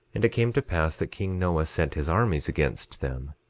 and it came to pass that king noah sent his armies against them,